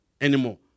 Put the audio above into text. anymore